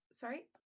Sorry